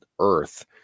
earth